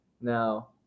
Now